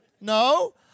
No